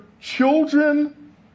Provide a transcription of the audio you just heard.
children